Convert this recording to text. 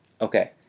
Okay